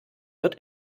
wird